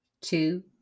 two